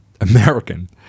American